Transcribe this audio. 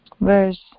verse